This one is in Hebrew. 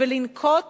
ולנקוט